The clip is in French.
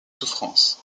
souffrances